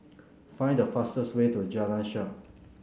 find the fastest way to Jalan Shaer